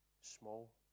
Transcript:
small